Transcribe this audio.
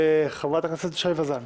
חברת הכנסת שי וזאן.